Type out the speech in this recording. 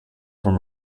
from